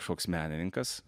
kažkoks menininkas